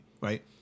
right